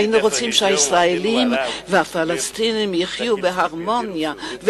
היינו רוצים שהישראלים והפלסטינים יחיו בהרמוניה,